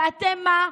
ואתם מה?